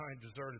deserted